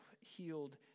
healed